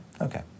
Okay